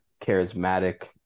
charismatic